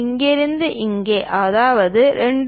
இங்கிருந்து இங்கே அதாவது 2